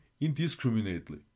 indiscriminately